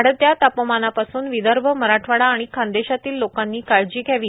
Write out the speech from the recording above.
वाढत्या तापमानापासून विदर्भ मराठवाडा आणि खानदेशातील लोकांनी काळजी घ्यावी